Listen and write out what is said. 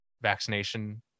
vaccination